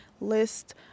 list